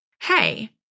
hey